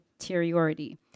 interiority